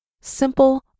simple